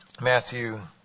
Matthew